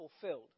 fulfilled